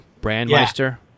Brandmeister